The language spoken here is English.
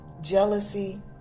Jealousy